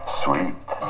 sweet